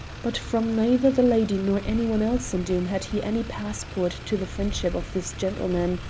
but from neither the lady nor any one else in doom had he any passport to the friendship of this gentleman.